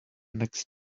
next